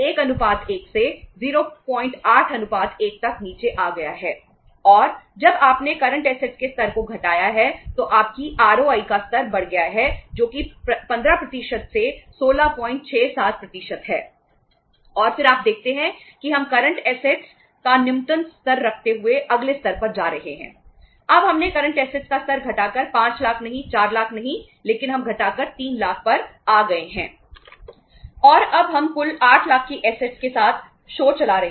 अब अनुपात 08 1 है और यदि आप कॉलम बी का स्तर घटाकर 5 लाख नहीं 4 लाख नहीं लेकिन हम घटाकर 3 लाख पर आ गए हैं